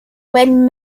when